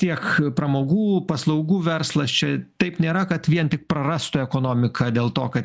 tiek pramogų paslaugų verslas čia taip nėra kad vien tik prarastų ekonomiką dėl to kad